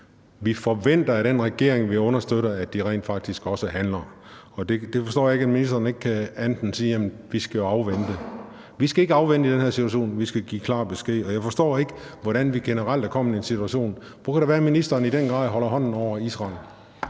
Vi forventer af den regering, vi understøtter, at den rent faktisk også handler. Og jeg forstår ikke, at ministeren ikke kan sige andet end: Jamen vi skal afvente. Vi skal ikke afvente i den her situation, vi skal give klar besked. Og jeg forstår ikke, hvordan vi generelt er kommet i den situation. Hvordan kan det være, at ministeren i den grad holder hånden over Israel?